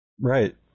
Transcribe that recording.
Right